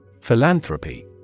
Philanthropy